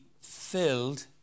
filled